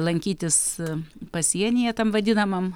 lankytis pasienyje tam vadinamam